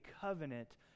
covenant